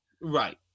Right